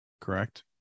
correct